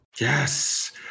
Yes